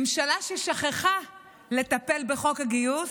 ממשלה ששכחה לטפל בחוק הגיוס,